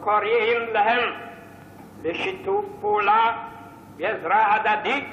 וקוראים להם לשיתוף פעולה ועזרה הדדית